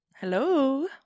Hello